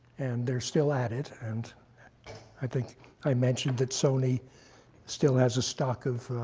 and they're still at it. and i think i mentioned that sony still has a stock of